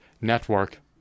network